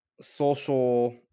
social